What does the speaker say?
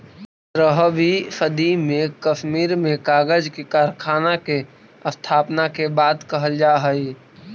पँद्रहवीं सदी में कश्मीर में कागज के कारखाना के स्थापना के बात कहल जा हई